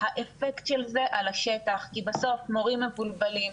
האפקט של זה על השטח כי בסוף מורים מבולבלים,